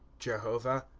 jehovah,